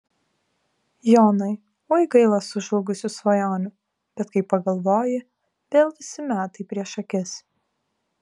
jonai oi gaila sužlugusių svajonių bet kai pagalvoji vėl visi metai prieš akis